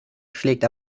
schlägt